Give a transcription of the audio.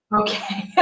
Okay